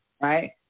right